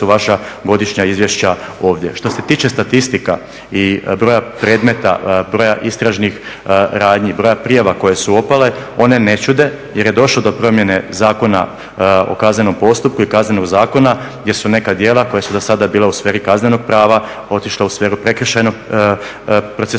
vaša godišnja izvješća ovdje. Što se tiče statistika i broja predmeta, broja istražnih radnji, broja prijava koje su opale one ne čude jer je došlo do promjene Zakona o kaznenom postupku i Kaznenog zakona gdje su neka djela koja su do sada bila u sferi kaznenog prava otišla u sferu prekršajnog procesuiranja